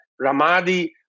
Ramadi